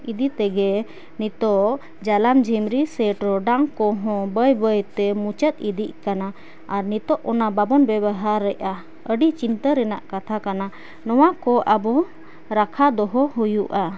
ᱤᱫᱤ ᱛᱮᱜᱮ ᱱᱤᱛᱳᱜ ᱡᱟᱞᱟᱢ ᱡᱷᱤᱢᱨᱤ ᱥᱮ ᱴᱚᱨᱰᱟᱝ ᱠᱚᱦᱚᱸ ᱵᱟᱹᱭ ᱵᱟᱹᱭᱛᱮ ᱢᱩᱪᱟᱹᱫ ᱤᱫᱤᱜ ᱠᱟᱱᱟ ᱟᱨ ᱱᱤᱛᱳᱜ ᱚᱱᱟ ᱵᱟᱵᱚᱱ ᱵᱮᱵᱚᱦᱟᱨᱮᱜᱼᱟ ᱟᱹᱰᱤ ᱪᱤᱱᱛᱟᱹ ᱨᱮᱱᱟᱜ ᱠᱟᱛᱷᱟ ᱠᱟᱱᱟ ᱱᱚᱣᱟ ᱠᱚ ᱟᱵᱚ ᱨᱟᱠᱷᱟ ᱫᱚᱦᱚ ᱦᱩᱭᱩᱜᱼᱟ